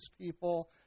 people